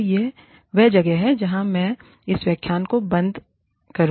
तो यह वह जगह है जहाँ मैं इस व्याख्यान में बंद हो जाएगा